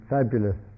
Fabulous